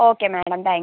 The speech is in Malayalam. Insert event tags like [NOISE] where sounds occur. okay madam thank U [UNINTELLIGIBLE]